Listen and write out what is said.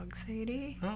Sadie